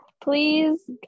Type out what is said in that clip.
please